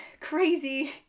crazy